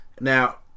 Now